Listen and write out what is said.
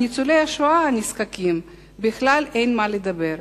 על ניצולי השואה הנזקקים בכלל אין על מה לדבר,